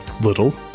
little